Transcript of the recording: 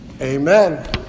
Amen